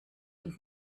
und